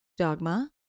dogma